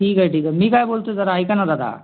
ठीक आहे ठीक आहे मी काय बोलतो जरा ऐका ना दादा